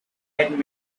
had